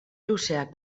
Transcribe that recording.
luzeak